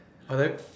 I like